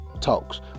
talks